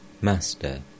Master